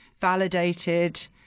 validated